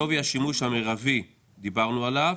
שווי השימוש המירבי דיברנו עליו,